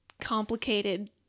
complicated